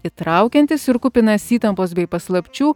įtraukiantis ir kupinas įtampos bei paslapčių